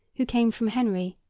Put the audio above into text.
who came from henry,